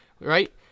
Right